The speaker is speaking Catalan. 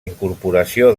incorporació